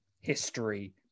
history